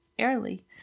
early